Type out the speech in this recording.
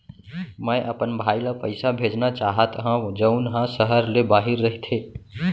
मै अपन भाई ला पइसा भेजना चाहत हव जऊन हा सहर ले बाहिर रहीथे